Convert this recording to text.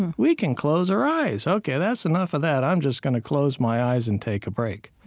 and we can close our eyes. ok, that's enough of that. i'm just going to close my eyes and take a break.